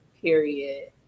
period